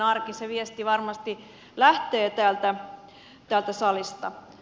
se viesti varmasti lähtee täältä salista